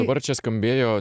dabar čia skambėjo